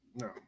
No